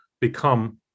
become